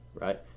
Right